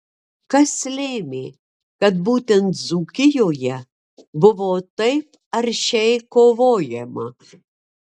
kas lėmė kad būtent dzūkijoje buvo taip aršiai kovojama